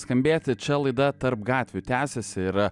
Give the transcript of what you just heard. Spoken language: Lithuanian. skambėti čia laida tarp gatvių tęsiasi ir